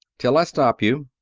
till i stop you.